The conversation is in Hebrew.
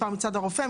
מספר מצד הרופא,